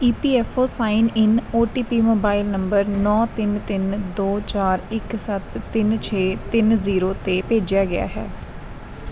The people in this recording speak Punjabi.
E P F O sign in O T P mobile number ਨੌਂ ਤਿੰਨ ਤਿੰਨ ਦੋ ਚਾਰ ਇੱਕ ਸੱਤ ਤਿੰਨ ਛੇ ਤਿੰਨ ਜ਼ੀਰੋ 'ਤੇ ਭੇਜਿਆ ਗਿਆ ਹੈ